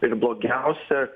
ir blogiausia